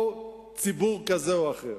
או ציבור כזה או אחר?